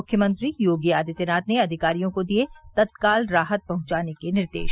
मुख्यमंत्री योगी आदित्यनाथ ने अधिकारियों को दिए तत्काल राहत पहुंचाने के निर्देश